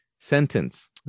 sentence